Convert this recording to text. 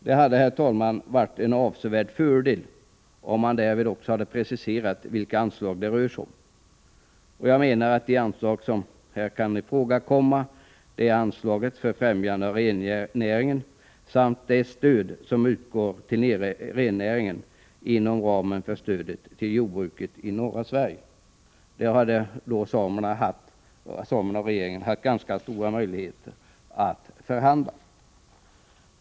Det hade, herr talman, varit en avsevärd fördel om man därvid också hade preciserat vilka anslag det rör sig om. Jag menar att det anslag som kan komma i fråga är anslaget för främjande av rennäringen samt det stöd som utgår till rennäringen inom ramen för stödet till jordbruket i norra Sverige. Det hade samerna och regeringen haft ganska stora möjligheter att förhandla om.